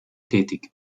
tätig